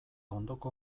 ondoko